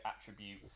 attribute